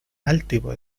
altivo